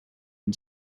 and